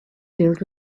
filled